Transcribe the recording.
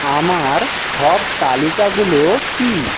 আমার সব তালিকাগুলো কী